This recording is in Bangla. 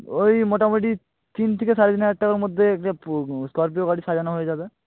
ওই মোটামুটি তিন থেকে সাড়ে তিন হাজার টাকার মধ্যে পু স্করপিও গাড়ি সাজানো হয়ে যাবে